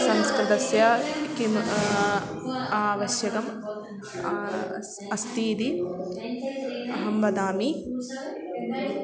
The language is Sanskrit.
संस्कृतस्य किम् आवश्यकम् अस्ति अस्ति इति अहं वदामि